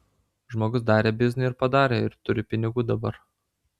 žmogus darė biznį ir padarė ir turi pinigų dabar